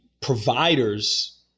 providers